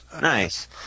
Nice